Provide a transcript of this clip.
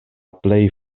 plej